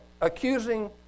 accusing